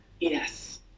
yes